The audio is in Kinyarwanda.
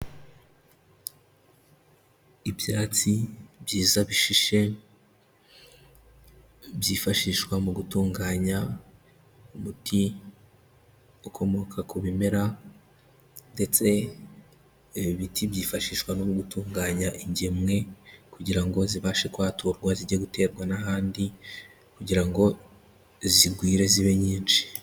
Ibyatsi byiza bishishe byifashishwa mu gutunganya umuti ukomoka ku bimera ndetse ibi biti byifashishwa no mu gutunganya ingemwe kugira ngo zibashe kwaturwa zijye guterwa n'ahandi kugira ngo zigwire zibe nyinshi.